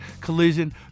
collision